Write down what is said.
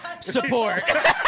support